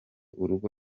urugo